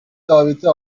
daveti